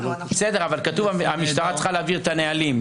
בסדר, אבל כתוב, המשטרה צריכה להעביר את הנהלים.